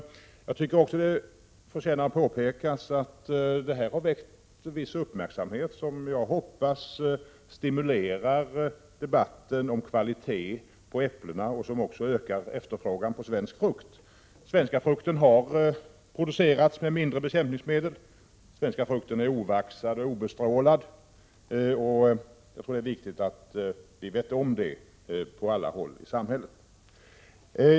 Det förtjänar att påpekas att detta har väckt en viss uppmärksamhet. Jag hoppas att den stimulerar debatten om kvalitet på äpplen och ökar efterfrågan på svensk frukt. Den svenska frukten har producerats med mindre bekämpningsmedel. Den svenska frukten är ovaxad och obestrålad. Det är viktigt att man vet om det på alla håll i samhället.